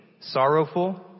sorrowful